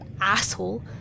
asshole